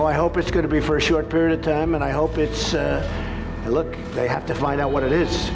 all i hope it's going to be for a short period of time and i hope it look they have to find out what it is